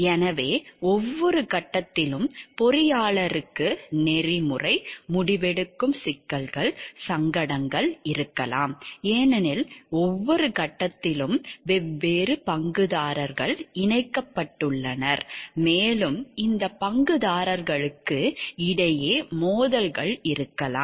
எனவே ஒவ்வொரு கட்டத்திலும் பொறியாளருக்கு நெறிமுறை முடிவெடுக்கும் சிக்கல்கள் சங்கடங்கள் இருக்கலாம் ஏனெனில் ஒவ்வொரு கட்டத்திலும் வெவ்வேறு பங்குதாரர்கள் இணைக்கப்பட்டுள்ளனர் மேலும் இந்த பங்குதாரர்களுக்கு இடையே மோதல்கள் இருக்கலாம்